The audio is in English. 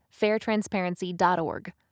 fairtransparency.org